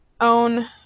own